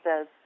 says